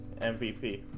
MVP